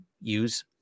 use